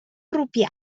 rupià